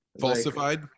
Falsified